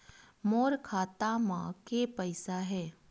मोर खाता म के पईसा हे?